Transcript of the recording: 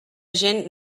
gent